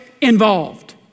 involved